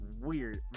weird